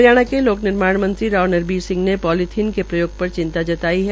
हरियाणा के लोक निर्माण मंत्री राव नरबीर सिंह ने पोलीथीन के प्रयोग पर चिंता जताई है